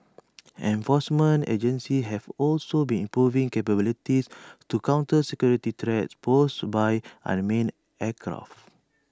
enforcement agencies have also been improving capabilities to counter security threats posed by unmanned aircraft